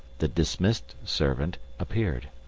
the dismissed servant, appeared.